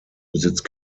besitzt